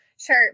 Sure